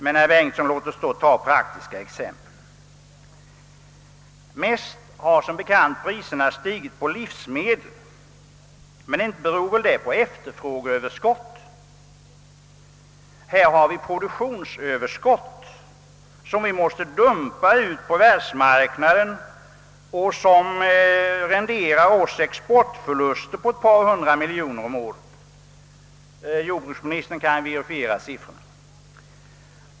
Men, herr Bengtsson, låt oss ta praktiska exempel. Som bekant har priserna mest stigit på livsmedel, men inte beror väl detta på efterfrågeöverskott. Här har vi ett produktionsöverskott, som vi måste dumpa ut på världsmarknaden och som renderar oss exportförluster på ett par hundra miljoner kronor om året. Jordbruksministern kan verifiera dessa siffror.